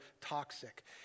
toxic